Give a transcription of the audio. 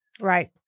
Right